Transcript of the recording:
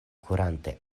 kurante